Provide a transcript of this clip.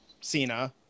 Cena